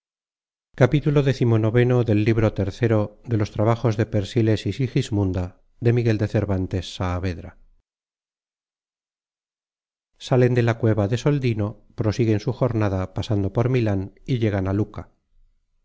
salen de la cueva de soldino prosiguen su jornada pasando por milan y llegan á luca